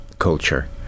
culture